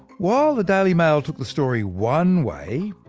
while the daily mail took the story one way,